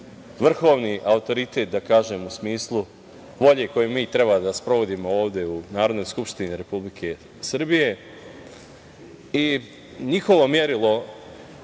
vrhovni autoritet u smislu volje koju mi treba da sprovodimo ovde u Narodnoj skupštini Republike Srbije. Njihovo merilo